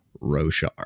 roshar